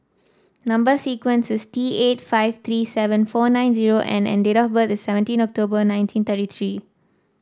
number sequence is T eight five three seven four nine zero N and date of birth is seventeen October nineteen thirty three